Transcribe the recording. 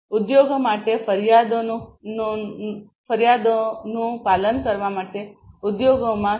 ઉદ્યોગો માટે ફરિયાદોનું પાલન કરવા માટે ઉદ્યોગોમાં સી